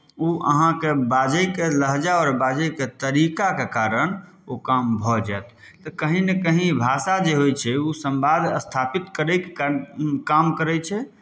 ओ अहाँके बाजयके लहजा आओर बाजयके तरीकाके कारण ओ काम भऽ जायत तऽ कहीँ ने कहीँ भाषा जे होइ छै ओ सम्वाद स्थापित करयके क काम करै छै